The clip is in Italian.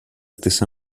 stessa